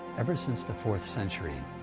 ever since the fourth century,